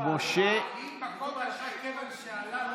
משה אבוטבול,